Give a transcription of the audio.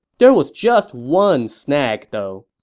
there was just one snag, though.